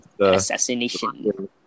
assassination